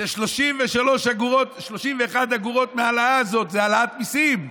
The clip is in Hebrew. ש-31 אגורות מההעלאה הזאת הם העלאת מיסים.